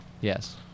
Yes